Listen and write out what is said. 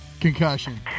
concussion